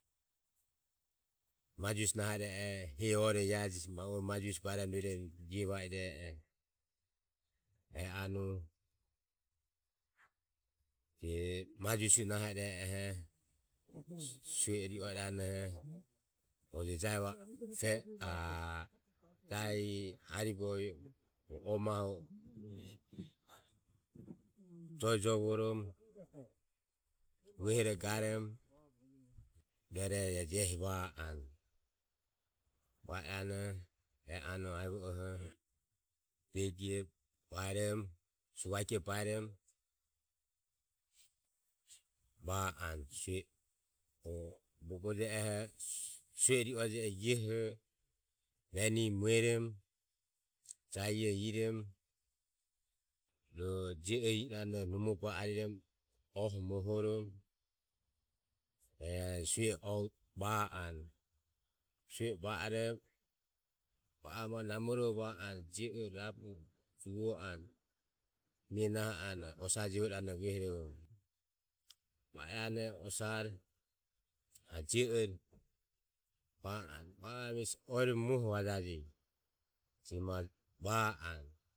Majo visue naho i e e oho sue e ri o iranoho rue va o jahi aribovioho oe mahu e joe jovoromo vuehoroho garomo rueroho ehi va anue. Va iranoho e anue aevo ioho begioho baeromo suvaike baeromo va anue sue e. Bogo je oho sue e ri o je oho e ioho venire mueromo jahi ioho iromo roho jio ore i iranoho numo ba ariromo. oho mohoromo. rueroho sue e o va anue. Sue e va oromo va o namororo va anue je oro juvo anue mie naho anue ame osae jevo iranoho vuehorovoromo va iranoho osare je o va o va arue oero muoho vajaje je ma va anue